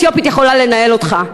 אתיופית יכולה לנהל אותך.